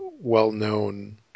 well-known